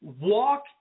walk